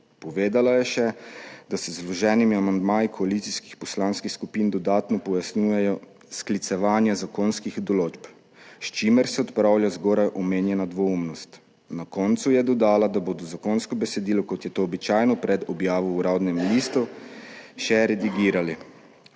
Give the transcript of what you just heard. Povedala je še, da se z vloženimi amandmaji koalicijskih poslanskih skupin dodatno pojasnjujejo sklicevanja zakonskih določb, s čimer se odpravlja zgoraj omenjena dvoumnost. Na koncu je dodala, da bodo zakonsko besedilo, kot je to običajno pred objavo v Uradnem listu, še redigirali.